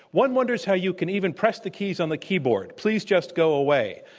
one wonders how you can even press the keys on the keyboard. please just go away.